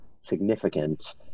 significant